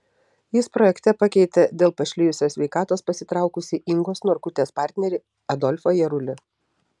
jis projekte pakeitė dėl pašlijusios sveikatos pasitraukusį ingos norkutės partnerį adolfą jarulį